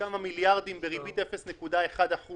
כמה מיליארדים בריבית של 0.1%